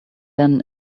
then